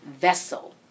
vessel